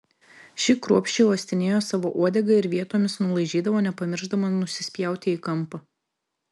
ši kruopščiai uostinėjo savo uodegą ir vietomis nulaižydavo nepamiršdama nusispjauti į kampą